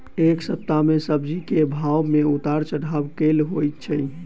एक सप्ताह मे सब्जी केँ भाव मे उतार चढ़ाब केल होइ छै?